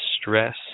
stress